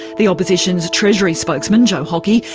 the opposition's treasury spokesman, joe hockey,